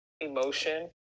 emotion